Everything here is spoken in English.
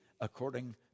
according